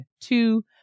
two